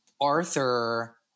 Arthur